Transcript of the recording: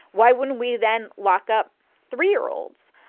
why wouldn't we then lock up three year olds?